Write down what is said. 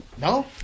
No